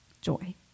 joy